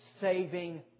saving